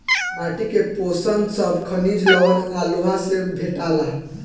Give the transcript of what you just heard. माटी के पोषण सब खनिज, लवण आ लोहा से भेटाला